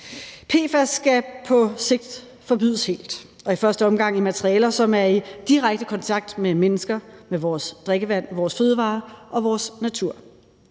PFAS skal på sigt forbydes helt og i første omgang i materialer, som er i direkte kontakt med mennesker, med vores drikkevand, vores fødevarer og vores natur.